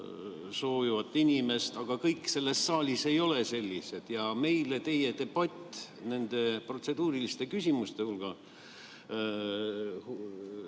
soovivat inimest. Aga kõik selles saalis ei ole sellised. Ja meile teie debatt nende protseduuriliste küsimustega